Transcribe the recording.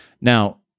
Now